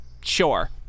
Sure